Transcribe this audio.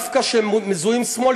שדווקא מזוהים עם השמאל,